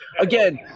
again